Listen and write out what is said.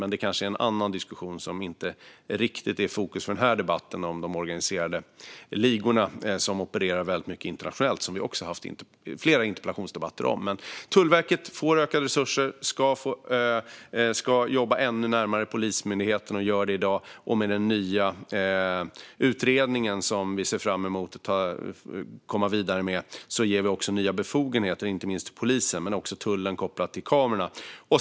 Vi har haft flera interpellationsdebatter om de internationella ligorna, men de står inte i fokus i dagens debatt. Tullverket får ökade resurser och ska jobba ännu närmare Polismyndigheten, och med den nya utredningen, som vi ser fram emot att komma vidare med, ger vi inte minst polisen nya befogenheter men också tullen kopplat till kamerorna.